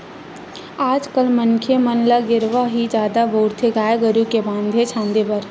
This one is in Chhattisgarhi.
आज कल मनखे मन ल गेरवा ल ही जादा बउरथे गाय गरु के बांधे छांदे बर